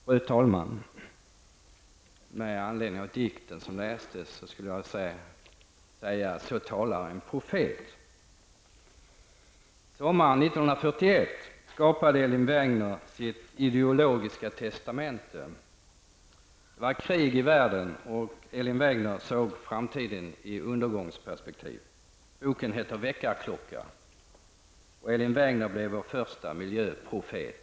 Fru talman! Med anledning av den dikt som nyss lästes upp skulle jag vilja säga: Så talar en profet! Sommaren 1941 skapade Elin Wägner sitt ideologiska testamente. Det var krig i världen, och Elin Wägner såg framtiden i undergångsperspektiv. Boken heter Väckarklocka, och Elin Wägner blev vår första miljöprofet.